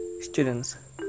students